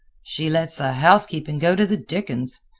she lets the housekeeping go to the dickens.